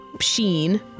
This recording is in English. sheen